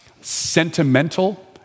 sentimental